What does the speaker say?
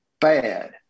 bad